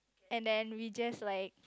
and then we just like